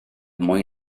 mwy